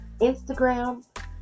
Instagram